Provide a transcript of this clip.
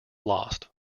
lost